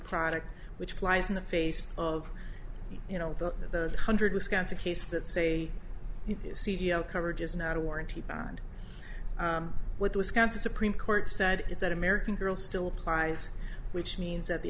product which flies in the face of you know the hundred wisconsin case that say c d o coverage is not a warranty beyond what wisconsin supreme court said is that american girl still applies which means that the